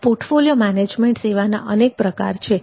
portfolio management સેવાના અનેક પ્રકાર છે